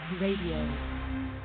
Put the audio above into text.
Radio